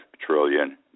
trillion